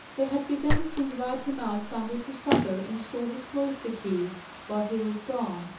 they had pretended to invite him out somewhere to supper, and stole his cloister keys while he was gone.